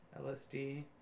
LSD